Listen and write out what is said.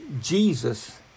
Jesus